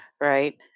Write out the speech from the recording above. right